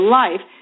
life